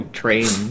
train